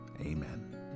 Amen